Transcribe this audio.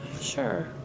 Sure